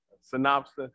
synopsis